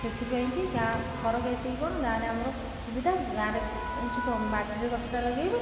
ସେଥିପାଇଁକି ଗାଁ ଫରକ ଏତିକି କ'ଣ ଗାଁରେ ଆମର ସୁବିଧା ଗାଁରେ ହେଉଛି କ'ଣ ଗଛଟା ଲଗେଇବ